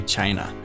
China